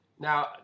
Now